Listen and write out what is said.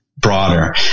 Broader